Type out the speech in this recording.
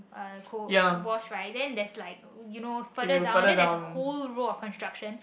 uh ko~ was right then there's like you know further down then there's a whole row of construction